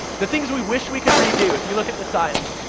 the things we wish we could redo, if you look at the science,